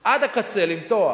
עד הקצה, למתוח.